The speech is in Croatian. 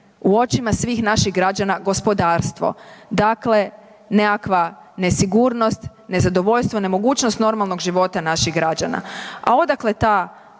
u očima svih naših građana gospodarstvo, dakle nekakva nesigurnost, nezadovoljstvo, nemogućnost normalnog života naših građana. A odakle ta